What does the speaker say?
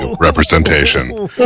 representation